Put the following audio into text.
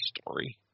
story